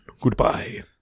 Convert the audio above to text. Goodbye